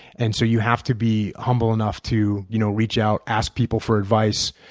and so you have to be humble enough to you know reach out, ask people for advice.